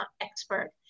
expert